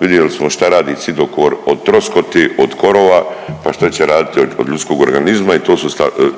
vidjeli smo šta radi cidokor od troskote od korova, pa šta će radit od ljudskog organizma. I